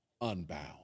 unbound